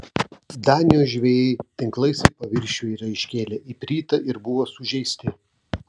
danijos žvejai tinklais į paviršių yra iškėlę ipritą ir buvo sužeisti